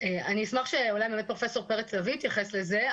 אני אשמח שאולי באמת פרופ' פרץ לביא יתייחס לזה,